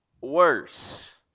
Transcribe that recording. worse